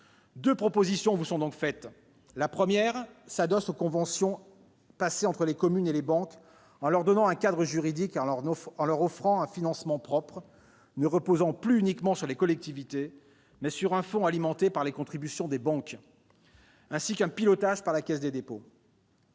Deux propositions vous sont donc faites, mes chers collègues. La première s'adosse aux conventions passées entre les communes et les banques, en leur donnant un cadre juridique et en leur offrant un financement propre, reposant non plus uniquement sur les collectivités, mais sur un fonds alimenté par les contributions des banques et piloté par la Caisse des dépôts